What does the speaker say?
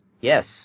Yes